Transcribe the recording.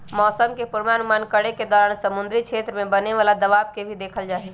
मौसम के पूर्वानुमान करे के दौरान समुद्री क्षेत्र में बने वाला दबाव के भी देखल जाहई